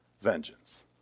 vengeance